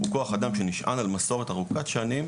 הוא כוח אדם שנשען על מסורת ארוכת שנים,